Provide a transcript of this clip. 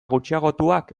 gutxiagotuak